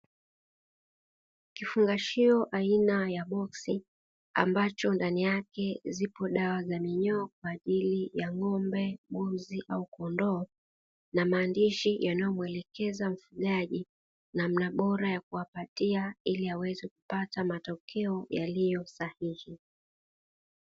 Kifungashio aina ya boksi ambacho ndani yake zipo dawa za minyoo kwa ajili ya ng'ombe, mbuzi au kondoo na maandishi yanayomuelekeza mfugaji namna bora ya kuwapatia ili aweze kupata matokeo yaliyo sahihi.